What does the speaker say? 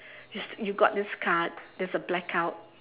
you you got this card there's a blackout